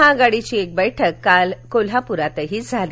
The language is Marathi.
महाआघाडीची एक बैठक काल कोल्हापुरातही झाली